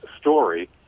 story